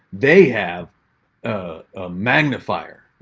they have a magnifier.